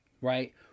right